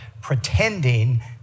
pretending